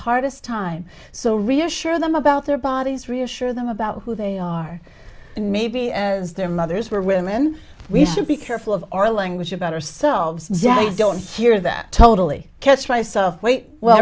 hardest time so reassure them about their bodies reassure them about who they are and maybe as their mothers were women we should be careful of our language about ourselves i don't hear that totally catch myself wait well